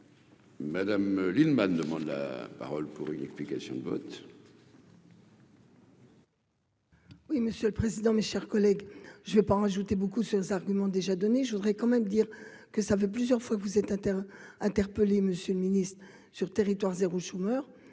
Madame Lienemann, demande la parole pour une explication de vote.